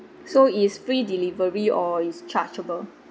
so is free delivery or is chargeable